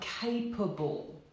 capable